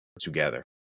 together